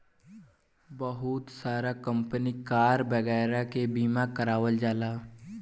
बहुत सारा company car वगैरह के बीमा करावल जाला